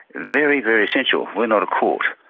very, very essential we are not a court.